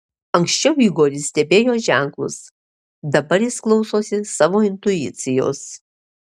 anksčiau igoris stebėjo ženklus dabar jis klausosi savo intuicijos